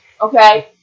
Okay